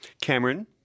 Cameron